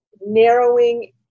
narrowing